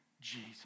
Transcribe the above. Jesus